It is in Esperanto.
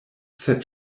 sed